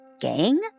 gang